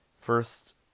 First